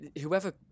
whoever